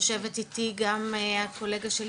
יושבת איתי גם הקולגה שלי,